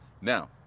now